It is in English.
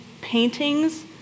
paintings